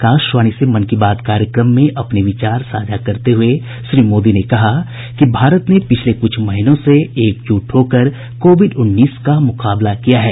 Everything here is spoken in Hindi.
आकाशवाणी से मन की बात कार्यक्रम में अपने विचार साझा करते हुये श्री मोदी ने कहा कि भारत ने पिछले कुछ महीनों से एकजुट होकर कोविड उन्नीस का मुकाबला किया है